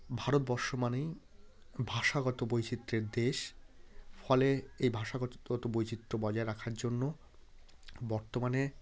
ভারতবর্ষ মানেই ভাষাগত বৈচিত্র্যের দেশ ফলে এই ভাষাগত বৈচিত্র্য বজায় রাখার জন্য বর্তমানে